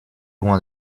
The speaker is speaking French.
loin